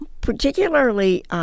particularly